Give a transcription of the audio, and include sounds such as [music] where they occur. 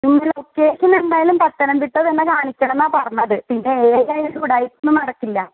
[unintelligible] എന്തായാലും പത്തനംത്തിട്ട തന്നെ കാണിക്കണം എന്നാ പറഞ്ഞത് പിന്നെ ഏതായാലും ഉടായിപ്പൊന്നും നടക്കില്ല